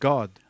God